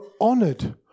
honored